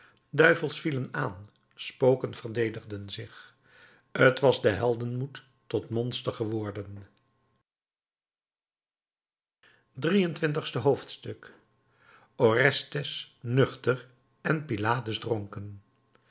duivels vielen aan spoken verdedigden zich t was de heldenmoed tot monster geworden drie-en-twintigste hoofdstuk orestes nuchter en pylades dronken